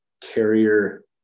carrier